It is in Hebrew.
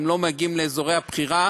ולא מגיעים לאזורי הבחירה,